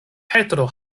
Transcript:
petro